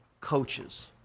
coaches